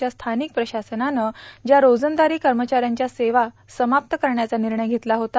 च्या स्थानिक प्रशासनानं ज्या रोजंदारी कर्मचाऱ्यांच्या सेवा समाप्त करण्याचा निर्णय घेतला होता